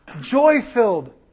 joy-filled